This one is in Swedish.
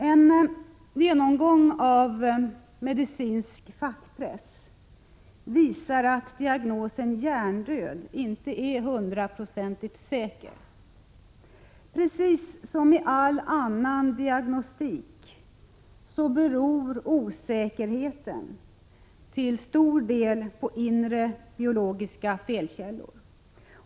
En genomgång av medicinsk fackpress visar att diagnosen ”hjärndöd” inte är 100-procentigt säker. Precis som i all annan diagnostik beror osäkerheten till stor del på inre biologiska felkällor.